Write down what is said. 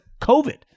COVID